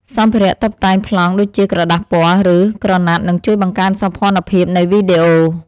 សម្ភារៈតុបតែងប្លង់ដូចជាក្រដាសពណ៌ ឬ ក្រណាត់នឹងជួយបង្កើនសោភ័ណភាពនៃវីដេអូ។